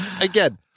again